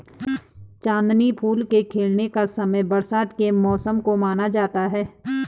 चांदनी फूल के खिलने का समय बरसात के मौसम को माना जाता है